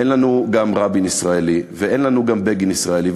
אין לנו גם רבין ישראלי ואין לנו גם בגין ישראלי,